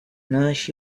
nourish